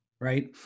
Right